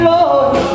Lord